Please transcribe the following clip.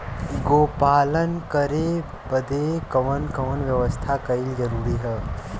गोपालन करे बदे कवन कवन व्यवस्था कइल जरूरी ह?